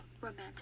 romantic